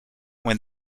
when